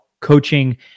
coaching